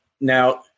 Now